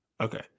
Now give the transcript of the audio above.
Okay